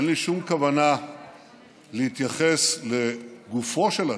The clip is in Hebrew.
אין לי שום כוונה להתייחס לגופו של אדם,